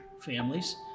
families